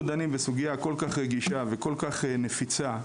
דנים בסוגיה כל כך רגישה וכל כך נפיצה,